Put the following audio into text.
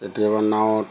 কেতিয়াবা নাৱত